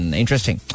interesting